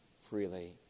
freely